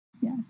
Yes